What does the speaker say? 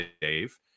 Dave